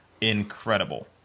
incredible